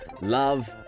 love